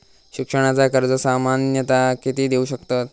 शिक्षणाचा कर्ज सामन्यता किती देऊ शकतत?